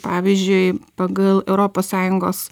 pavyzdžiui pagal europos sąjungos